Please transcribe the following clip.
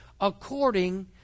according